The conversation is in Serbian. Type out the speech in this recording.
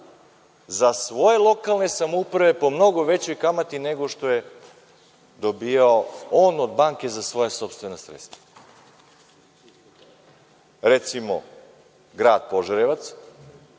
za svoje lokalne samouprave po mnogo većoj kamati nego što je dobijao on od banke za svoja sopstvena sredstva, recimo grad Požarevac,